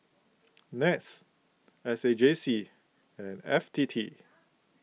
NETS S A J C and F T T